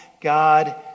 God